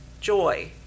joy